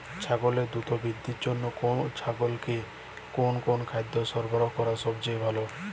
ছাগলের দ্রুত বৃদ্ধির জন্য ছাগলকে কোন কোন খাদ্য সরবরাহ করা সবচেয়ে ভালো?